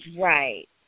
right